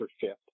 shift